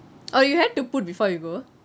oh you have to put before you go